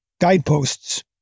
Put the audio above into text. guideposts